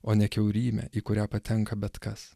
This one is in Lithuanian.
o ne kiaurymė į kurią patenka bet kas